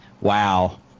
Wow